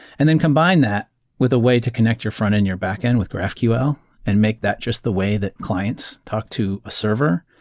and then combine that with a way to connect your frontend and your backend with graphql and make that just the way that clients talk to a server.